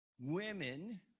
women